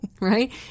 Right